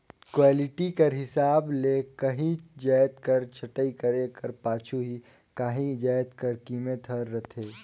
quality कर हिसाब ले काहींच जाएत कर छंटई करे कर पाछू ही काहीं जाएत कर कीमेत हर रहथे